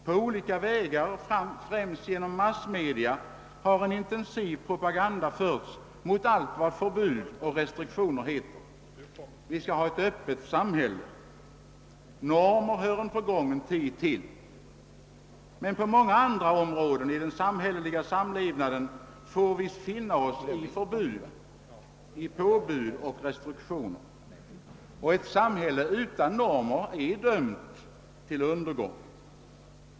På olika vägar, främst genom massmedia, har en intensiv propaganda förts mot allt vad förbud och restriktioner heter. Vi skall ha ett öppet samhälle; normer hör en förgången tid till. Men på många andra områden i den mänskliga sammanlevnaden får vi finna oss i förbud och påbud och restriktioner. Ett samhälle utan normer är f.ö. dömt till undergång.